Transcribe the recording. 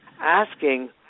Asking